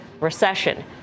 recession